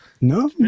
No